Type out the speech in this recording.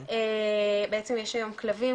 בעצם יש היום כלבים,